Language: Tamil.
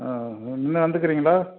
ஆ முன்ன வந்துருக்குறீங்களா